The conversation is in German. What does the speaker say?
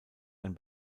ein